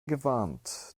gewarnt